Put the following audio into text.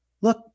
look